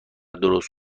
درست